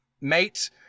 mate